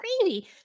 crazy